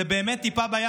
זה באמת טיפה בים.